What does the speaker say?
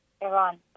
Iran